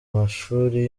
mashuri